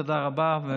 תודה רבה.